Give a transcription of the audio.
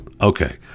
okay